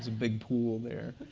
ah big pool there.